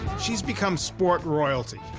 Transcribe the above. she's become sport royalty,